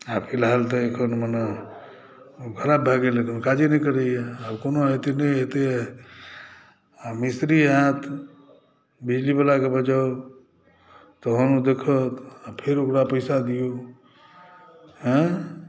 आ फिलहाल तऽ कनि मनि खराब भए गेल काजे नइ करैए आब कोना हेतै नहि हेतै आ मिस्त्री आय त बिजलीवलाकेँ बजाउ तहन ओ देखत फेर ओकरा पैसा दिऔ आय